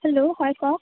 hello হয় কওক